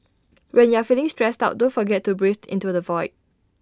when you are feeling stressed out don't forget to breathe into the void